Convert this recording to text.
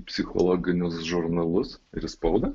psichologinius žurnalus ir spaudą